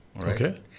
Okay